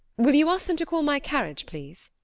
will you ask them to call my carriage, please?